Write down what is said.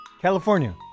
California